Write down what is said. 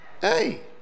hey